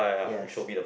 yes